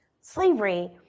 slavery